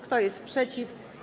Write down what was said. Kto jest przeciw?